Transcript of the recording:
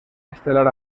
estelar